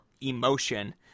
emotion